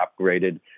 upgraded